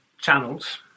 channels